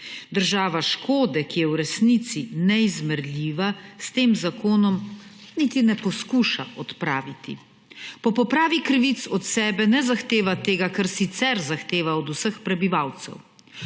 Država škode, ki je v resnici neizmerljiva, s tem zakonom niti ne poskuša odpraviti. Po popravi krivic od sebe ne zahteva tega, kar sicer zahteva od vseh prebivalcev.